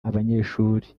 abanyeshuri